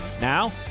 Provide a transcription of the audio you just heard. Now